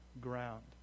ground